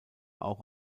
auch